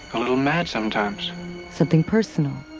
a little mad sometimes something personal,